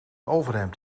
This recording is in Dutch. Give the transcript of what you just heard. overhemd